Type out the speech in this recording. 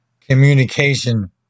communication